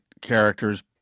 characters